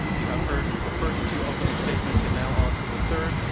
you have heard the first two opening statements, and now on to the third.